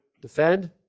defend